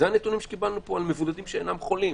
אלה הנתונים שקיבלנו פה על מבודדים שאינם חולים.